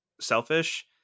selfish